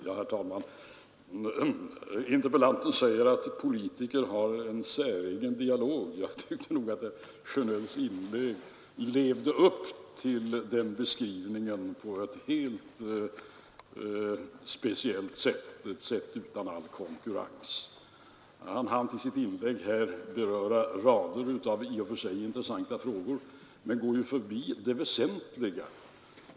Herr talman! Interpellanten säger att politiker för en säregen dialog. Jag tycker att herr Sjönell i sitt inlägg levde upp till den beskrivningen på ett alldeles speciellt sätt, ett sätt utan all konkurrens. Han hann i sitt inlägg här beröra rader av i och för sig intressanta frågor, men han går ju förbi det väsentliga.